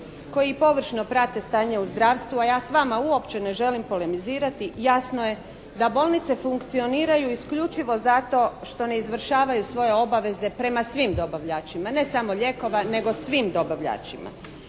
koji površno prate stanje u zdravstvu, a ja s vama uopće ne želim polemizirati, jasno je da bolnice funkcioniraju isključivo zato što ne izvršavaju svoje obaveze prema svim dobavljačima, ne samo lijekova nego svim dobavljačima.